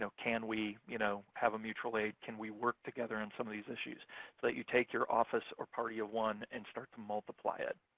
so can we you know have a mutual aid? can we work together on some of these issues? so that you take your office or party of one and start to multiply it.